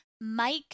Mike